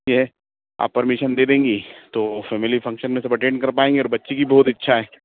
यह है आप परमिशन दे देंगी तो फैमिली फंक्शन में सब अटेंड कर पाएँगे और बच्ची की भी बहुत इच्छा है